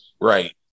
Right